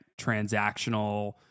transactional